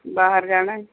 ਬਾਹਰ ਜਾਣਾ